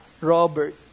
Robert